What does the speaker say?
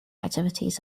activities